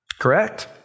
Correct